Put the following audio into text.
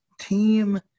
team